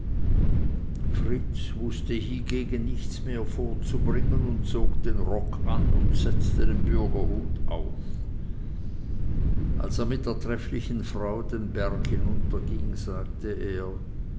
fritz wußte hiegegen nichts mehr vorzubringen und zog den rock an und setzte den bürgerhut auf als er mit der trefflichen frau den berg hinunterging sagte er